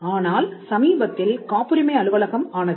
ஆனால் சமீபத்தில் காப்புரிமை அலுவலகம் ஆனது